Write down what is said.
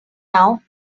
now